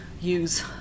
use